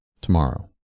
tomorrow